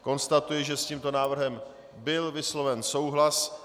Konstatuji, že s tímto návrhem byl vysloven souhlas.